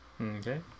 Okay